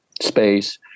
space